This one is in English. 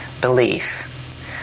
belief